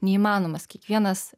neįmanomas kiekvienas